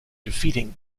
defeating